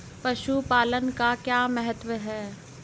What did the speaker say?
पशुपालन का क्या महत्व है?